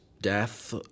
death